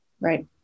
Right